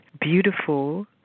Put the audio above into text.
Beautiful